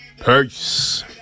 peace